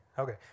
Okay